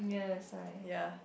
ya